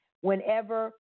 whenever